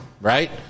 right